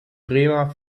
bremer